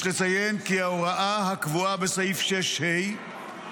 יש לציין כי ההוראה הקבועה בסעיף 6(ה)